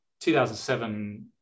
2007